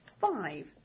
five